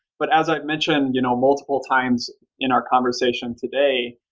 but as i've mentioned you know multiple times in our conversation today,